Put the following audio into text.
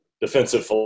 defensive